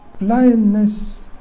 Blindness